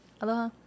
Aloha